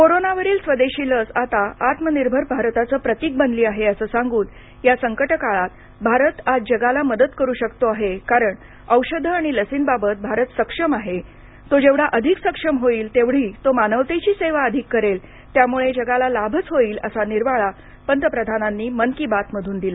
कोरोनावरील स्वदेशी लस आता आत्मनिर्भर भारताचं प्रतिक बनली आहे असं सांगून या संकटकाळात भारत आज जगाला मदत करू शकतो आहे कारण औषधं आणि लसींबाबत भारत सक्षम आहे तो जेवढा अधिक सक्षम होईल तेवढी तो मानवतेची सेवा अधिक करेल त्यामुळे जगाला लाभच होईल असा निर्वाळा पंतप्रधानांनी मन की बात मधून दिला